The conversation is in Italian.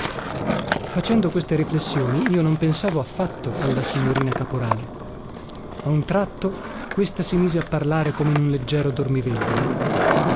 facendo queste riflessioni io non pensavo affatto alla signorina caporale a un tratto questa si mise a parlare come in un leggero dormiveglia